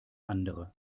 andere